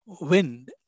wind